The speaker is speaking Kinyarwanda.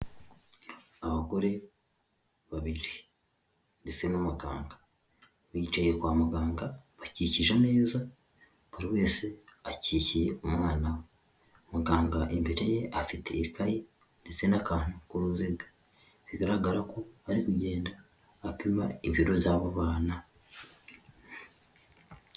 Abagore babiri ndetse n'umuganga, bicaye kwa muganga bakikije neza buri wese akikiye umwana we, muganga imbere ye afite ikayi ndetse n'akantu k'uruzega bigaragara ko ari kugenda apima ibiro by'abo bana.